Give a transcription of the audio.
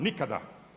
Nikada.